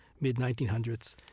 mid-1900s